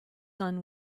son